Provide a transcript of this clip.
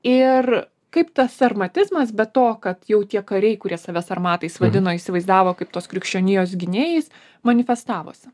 ir kaip tas sarmatizmas be to kad jau tie kariai kurie save sarmatais vadino įsivaizdavo kaip tos krikščionijos gynėjais manifestavosi